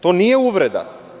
To nije uvreda.